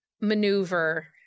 maneuver